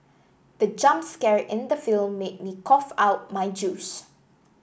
the jump scare in the film made me cough out my juice